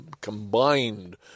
combined